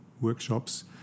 workshops